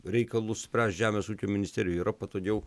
reikalus spręst žemės ūkio ministerijai yra patogiau